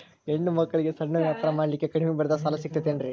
ಹೆಣ್ಣ ಮಕ್ಕಳಿಗೆ ಸಣ್ಣ ವ್ಯಾಪಾರ ಮಾಡ್ಲಿಕ್ಕೆ ಕಡಿಮಿ ಬಡ್ಡಿದಾಗ ಸಾಲ ಸಿಗತೈತೇನ್ರಿ?